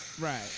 Right